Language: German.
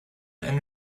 eine